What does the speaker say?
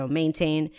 maintain